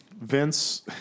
Vince